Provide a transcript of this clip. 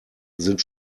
sind